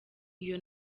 iyo